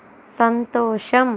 సంతోషం